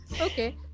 Okay